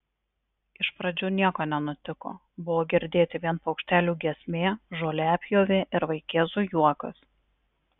iš pradžių nieko nenutiko buvo girdėti vien paukštelių giesmė žoliapjovė ir vaikėzų juokas